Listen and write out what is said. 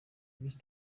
miss